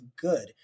good